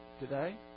today